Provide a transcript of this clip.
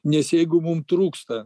nes jeigu mum trūksta